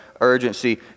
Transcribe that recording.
urgency